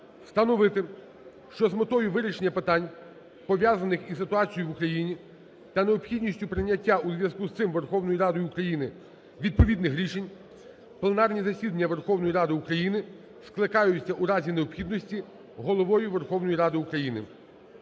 встановити, що з метою вирішення питань, пов'язаних із ситуацією в Україні та необхідністю прийняття у зв'язку з цим Верховною Радою України відповідних рішень, пленарні засідання Верховної Ради України скликаються у разі необхідності Головою Верховної Ради України.